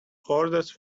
orders